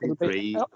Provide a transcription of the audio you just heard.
three